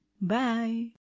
Bye